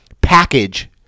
package